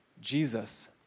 Jesus